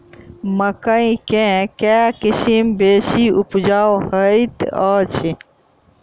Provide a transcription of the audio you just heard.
मकई केँ के किसिम बेसी उपजाउ हएत अछि?